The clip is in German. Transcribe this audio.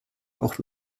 auch